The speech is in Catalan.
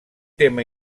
tema